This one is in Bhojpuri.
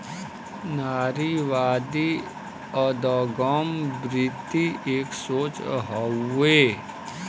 नारीवादी अदगम वृत्ति एक सोच हउए